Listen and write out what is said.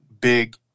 big